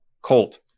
Colt